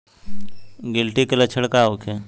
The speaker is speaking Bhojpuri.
गिलटी के लक्षण का होखे?